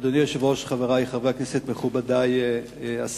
אדוני היושב-ראש, חברי חברי הכנסת, מכובדי השרים,